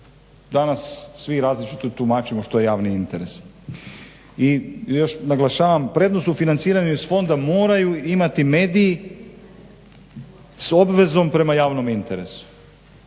Danas svi različito tumačimo što je javni interes. I još naglašavam prednost u financiranju iz fonda moraju imati mediji s obvezom prema javnom interesu.